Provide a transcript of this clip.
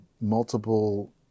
multiple